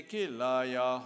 Kilaya